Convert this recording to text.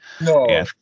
No